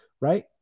right